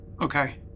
Okay